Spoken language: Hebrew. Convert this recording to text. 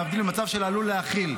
להבדיל ממצב של עלול להכיל.